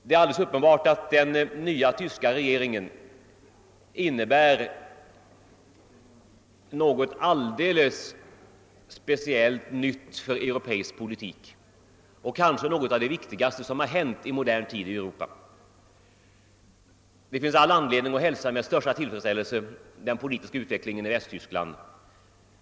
Det är alldeles uppenbart att den nya tyska regeringens initiativ innebär något allde les speciellt nytt för europeisk politik, kanske något av det viktigaste som har hänt i modern tid i Europa. Det finns all anledning att med största tillfredsställelse hälsa den politiska utvecklingen i Västtyskland.